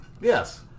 Yes